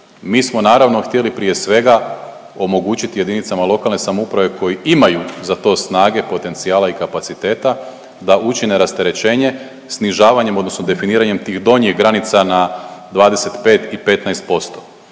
mi smo naravno htjeli prije svega omogućiti jedinicama lokalne samouprave koje imaju za to snage, potencijala i kapaciteta da učine rasterećenje snižavanjem odnosno definiranjem tih donjih granica na 25 i 15%.